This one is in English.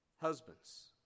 Husbands